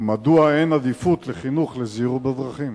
2. מדוע אין עדיפות לחינוך לזהירות בדרכים?